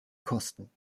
kosten